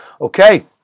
Okay